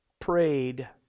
prayed